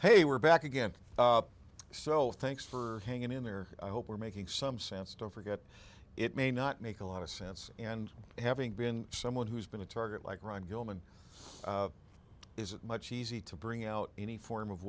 ok we're back again so thanks for hanging in there i hope we're making some sense don't forget it may not make a lot of sense and having been someone who's been a target like ron gilman is it much easier to bring out any form of